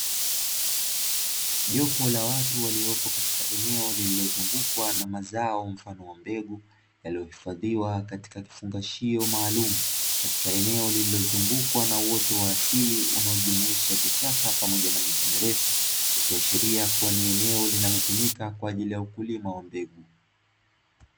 Jopo la watu waliopo katika eneo lililozungukwa na mazao mfano wa mbegu, yaliyohifadhiwa katika kifungashio maalumu, katika eneo lililozungukwa na uoto wa asili unaojumuisha vichaka pamoja na miti mirefu. Ikiashiria kua ni eneo linalo tumika kwa ajili ya ukulima wa mbegu.